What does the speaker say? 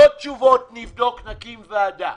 לא תשובות של נבדוק, נקים ועדה.